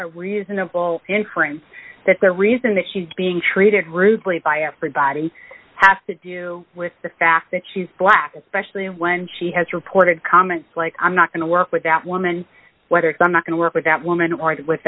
a reasonable inference that the reason that she's being treated rudely by everybody has to do with the fact that she's black especially when she has reported comments like i'm not going to work with that woman whether it's i'm not going to work with that woman or that with